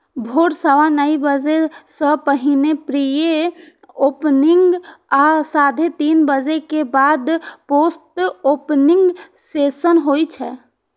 भोर सवा नौ बजे सं पहिने प्री ओपनिंग आ साढ़े तीन बजे के बाद पोस्ट ओपनिंग सेशन होइ छै